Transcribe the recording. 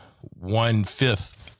one-fifth